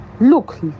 look